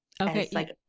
Okay